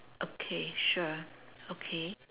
okay sure okay